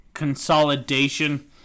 consolidation